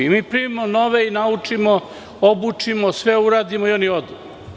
Mi primimo nove, naučimo ih, obučimo, sve uradimo i oni odu.